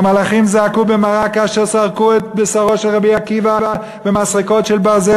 והמלאכים זעקו מרה כאשר סרקו את בשרו של רבי עקיבא במסרקות של ברזל.